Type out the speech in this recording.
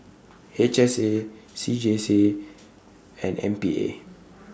H S A C J C and M P A